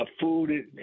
food